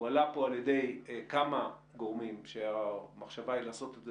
הועלה פה על ידי כמה גורמים שהמחשבה היא לעשות את זה